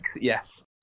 Yes